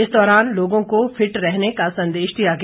इस दौरान लोगों को फिट रहने का संदेश दिया गया